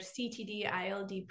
CTD-ILD